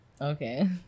Okay